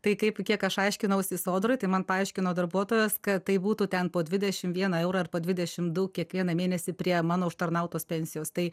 tai kaip kiek aš aiškinausi sodroj tai man paaiškino darbuotojos kad tai būtų ten po dvidešim vieną eurą arba dvidešim du kiekvieną mėnesį prie mano užtarnautos pensijos tai